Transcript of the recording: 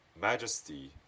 majesty